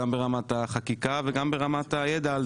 גם ברמת החקיקה וגם ברמת הידע על